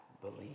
believe